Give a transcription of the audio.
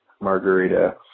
margarita